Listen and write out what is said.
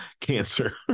cancer